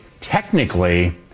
technically